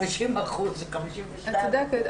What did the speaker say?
זה 52%. את צודקת,